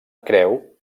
creu